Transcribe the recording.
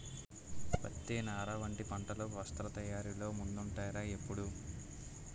పత్తి, నార వంటి పంటలు వస్త్ర తయారీలో ముందుంటాయ్ రా ఎప్పుడూ